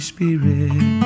Spirit